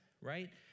right